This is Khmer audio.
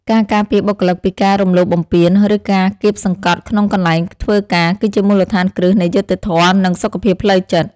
ការការពារបុគ្គលិកពីការរំលោភបំពានឬការគាបសង្កត់ក្នុងកន្លែងធ្វើការ គឺជាមូលដ្ឋានគ្រឹះនៃយុត្តិធម៌និងសុខភាពផ្លូវចិត្ត។